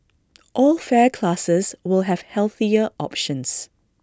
all fare classes will have healthier options